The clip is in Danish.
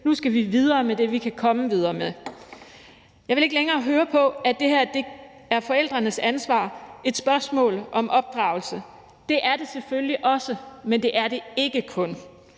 Nu skal vi videre med det, vi kan komme videre med. Jeg vil ikke længere høre på, at det her er forældrenes ansvar og et spørgsmål om opdragelse. Det er det selvfølgelig også, men det er det ikke kun.